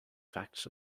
facts